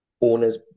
Owners